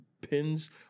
pins